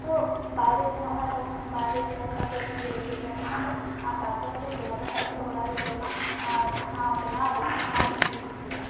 ᱛᱚ ᱵᱟᱭᱨᱮ ᱥᱮᱱᱚᱜ ᱦᱩᱭᱩᱜᱼᱟ ᱛᱚ ᱵᱟᱭᱨᱮ ᱥᱮᱱᱠᱟᱛᱮ ᱡᱩᱫᱤ ᱨᱮᱸᱜᱮᱡᱤᱧᱟᱹ ᱛᱚᱠᱷᱚᱱᱫᱚ ᱵᱟᱫᱽᱫᱷᱚ ᱠᱟᱛᱮ ᱡᱚᱢᱟ ᱵᱟᱠᱷᱟᱡ ᱤᱧᱫᱚ ᱚᱲᱟᱜᱨᱮ ᱡᱚᱢᱟᱜ ᱡᱟᱦᱟᱸ ᱵᱮᱱᱟᱣᱵᱚᱱ ᱚᱱᱟᱜᱮ ᱤᱧᱫᱚᱧ ᱠᱩᱥᱤᱭᱟᱜᱼᱟ